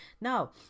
Now